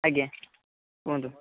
ଆଜ୍ଞା କୁହନ୍ତୁ